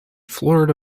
florida